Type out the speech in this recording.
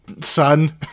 Son